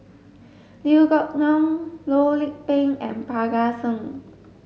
Liew Geok Leong Loh Lik Peng and Parga Singh